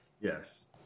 Yes